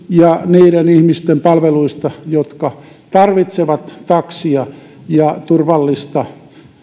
ja niiden ihmisten palveluista jotka tarvitsevat taksia ja turvallista